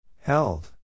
Held